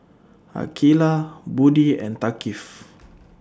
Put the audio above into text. Aqilah Budi and Thaqif